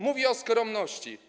Mówi o skromności.